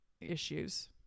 issues